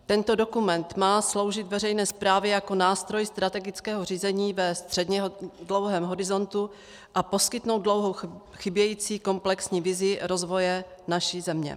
Tento dokument má sloužit veřejné správě jako nástroj strategického řízení ve středně dlouhém horizontu a poskytnout dlouho chybějící komplexní vizi rozvoje naší země.